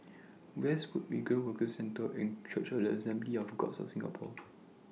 Westwood Migrant Workers Centre and Church of The Assemblies of God of Singapore